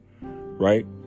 right